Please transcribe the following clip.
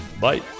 Bye